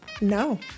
No